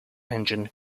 engine